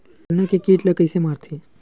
गन्ना के कीट ला कइसे मारथे?